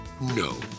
No